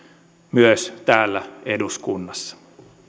myös täällä eduskunnassa